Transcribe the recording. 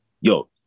yo